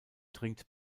trinkt